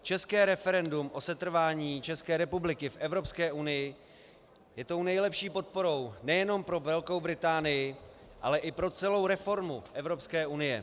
České referendum o setrvání České republiky v Evropské unii je tou nejlepší podporou nejenom pro Velkou Británii, ale i pro celou reformu Evropské unie.